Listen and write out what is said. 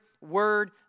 word